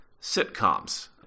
sitcoms